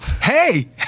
hey